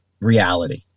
Reality